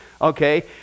okay